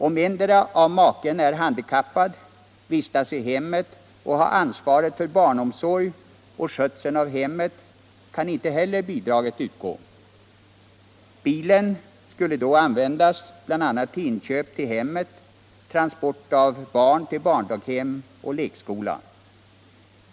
Ifall den ena av två makar är handikappad, vistas i hemmet och har ansvaret för barnomsorg och för skötseln av hemmet kan inte heller bidraget utgå. Bilen skulle då användas bl.a. för inköp till hemmet och transport av barn till barndaghem och lekskola.